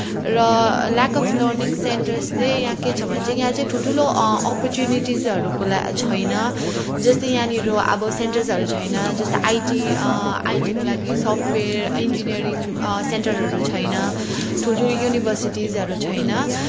र lack of learning centres चाहिँ यहाँ के छ भने चाहिँ यहाँ चाहिँ ठुलो ठुलो अपर्चुनिटिजहरूको ला छैन जस्तै यहाँनिर अब सेन्टर्सहरू छैन जस्तै आइटी आइटीको लागि सफ्टवेयर इन्जिनियरिङ सेन्टरहरू छैन ठुल ठुलो युनिभर्सिटिजहरू छैन